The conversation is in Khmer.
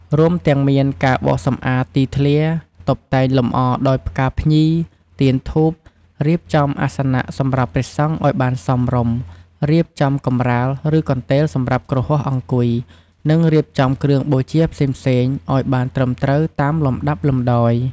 រួមទាំងមានការបោសសម្អាតទីធ្លា តុបតែងលម្អដោយផ្កាភ្ញី ទៀនធូប រៀបចំអាសនៈសម្រាប់ព្រះសង្ឃឲ្យបានសមរម្យ រៀបចំកម្រាល ឬកន្ទេលសម្រាប់គ្រហស្ថអង្គុយ និងរៀបចំគ្រឿងបូជាផ្សេងៗ ឲ្យបានត្រឹមត្រូវតាមលំដាប់លំដោយ។